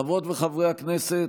חברות וחברי הכנסת,